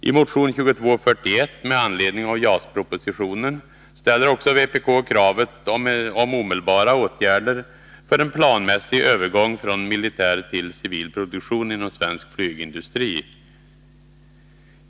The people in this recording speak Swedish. I motion 2241, med anledning av JAS-propositionen, ställer också vpk kravet på omedelbara åtgärder för en planmässig övergång från militär till civil produktion inom svensk flygindustri.